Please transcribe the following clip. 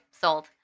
Sold